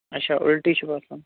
اچھا اُلٹی چھِ باسان